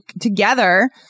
together